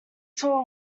saw